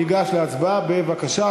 ניגש להצבעה, בבקשה.